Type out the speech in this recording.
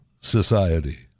society